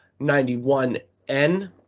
91N